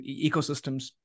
ecosystems